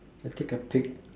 take a peek